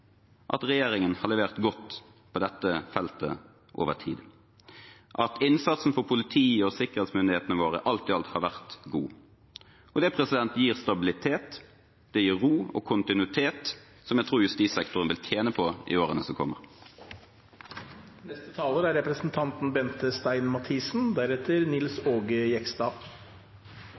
at regjeringen over tid har levert godt på dette feltet, at innsatsen for politiet og sikkerhetsmyndighetene våre alt i alt har vært god. Det gir stabilitet, det gir ro og kontinuitet, noe jeg tror justissektoren vil tjene på i årene som